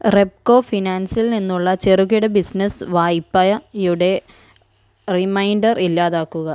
റെപ്കോ ഫിനാൻസിൽ നിന്നുള്ള ചെറുകിട ബിസിനസ് വായ്പയുടെ റിമൈൻഡർ ഇല്ലാതാക്കുക